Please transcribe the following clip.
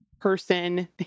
person